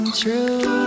true